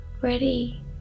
Ready